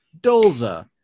dolza